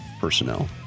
personnel